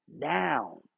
down